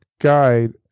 guide